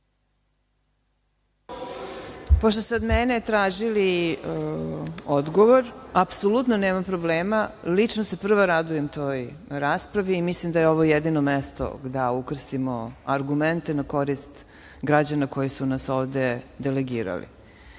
Pošto ste od mene tražili odgovor, apsolutno nema problema. Lično se prva radujem toj raspravi i mislim da je ovo jedino mesto da ukrstimo argumente na korist građana koji su nas ovde delegirali. Ovde